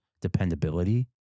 dependability